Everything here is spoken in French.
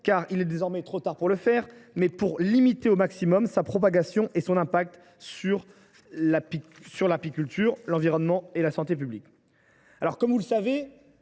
car il est désormais trop tard pour cela, mais pour limiter au maximum sa propagation et son impact sur l’apiculture, l’environnement et la santé publique. Comme vous le savez,